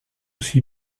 aussi